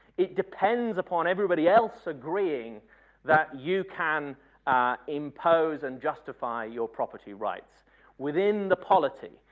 it depends upon everybody else agreeing that you can impose and justify your property rights within the polity.